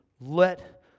let